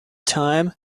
time